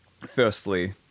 Firstly